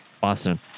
Boston